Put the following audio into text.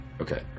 okay